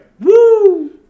Woo